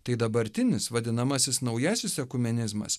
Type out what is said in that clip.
tai dabartinis vadinamasis naujasis ekumenizmas